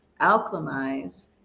alchemize